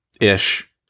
ish